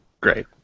Great